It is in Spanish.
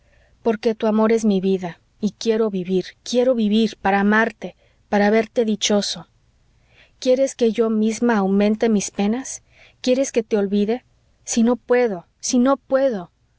porque tu amor es mi vida y quiero vivir quiero vivir para amarte para verte dichoso quieres que yo misma aumente mis penas quieres que te olvide si no puedo si no puedo